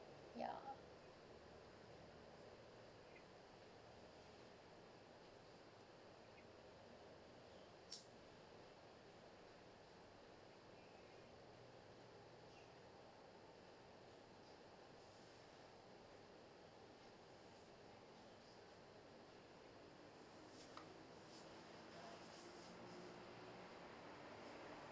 yeah